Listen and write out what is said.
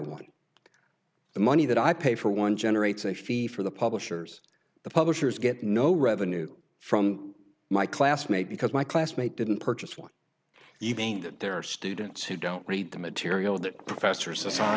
one the money that i pay for one generates a fee for the publishers the publishers get no revenue from my classmate because my classmate didn't purchase one evening that there are students who don't read the material that fester so